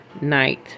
night